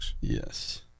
yes